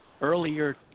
Earlier